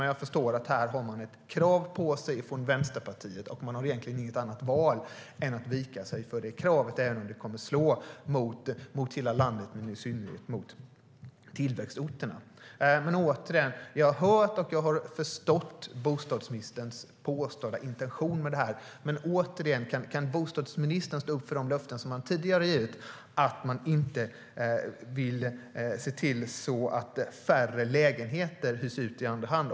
Men jag förstår att man här har ett krav på sig från Vänsterpartiet och att man egentligen inte har något annat val än att vika sig för detta krav, även om det kommer att slå mot hela landet och i synnerhet mot tillväxtorterna. Återigen: Jag har hört och jag har förstått bostadsministerns påstådda intention med detta. Men kan bostadsministern stå upp för det löfte som han tidigare har gett, alltså att man inte vill se till att färre lägenheter hyrs ut i andra hand?